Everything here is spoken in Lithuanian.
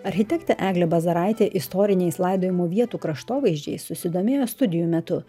architektė eglė bazaraitė istoriniais laidojimo vietų kraštovaizdžiais susidomėjo studijų metu